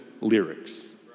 lyrics